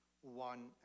one